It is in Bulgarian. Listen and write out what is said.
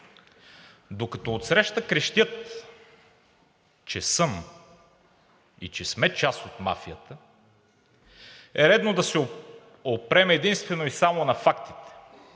Докато отсреща крещят, че съм и че сме част от мафията, е редно да се опрем единствено и само на фактите,